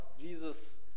Jesus